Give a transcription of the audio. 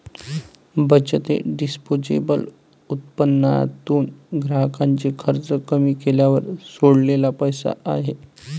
बचत हे डिस्पोजेबल उत्पन्नातून ग्राहकाचे खर्च कमी केल्यावर सोडलेला पैसा आहे